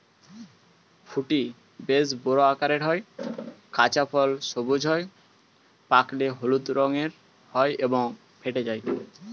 ফুটি বেশ বড় আকারের হয়, কাঁচা ফল সবুজ হয়, পাকলে হলুদ রঙের হয় এবং ফেটে যায়